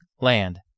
land